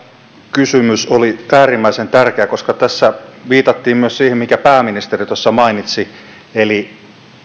kysymys oli äärimmäisen tärkeä koska tässä viitattiin myös siihen minkä pääministeri tuossa mainitsi